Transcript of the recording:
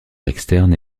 externe